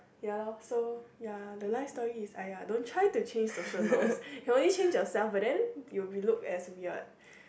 ya lor so ya the life story is !aiya! don't try to change social norms you can only change yourself but then you will be looked as weird